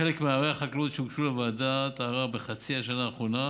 חלק מעררי החקלאות שהוגשו לוועדת ערר בחצי השנה האחרונה,